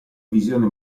visione